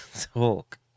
talk